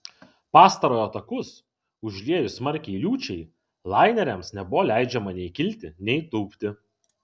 pastarojo takus užliejus smarkiai liūčiai laineriams nebuvo leidžiama nei kilti nei tūpti